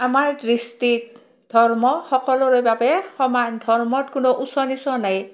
আমাৰ দৃষ্টিত ধৰ্ম সকলোৰে বাবে সমান ধৰ্মত কোনো উচ্চ নিচ নাই